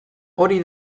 hori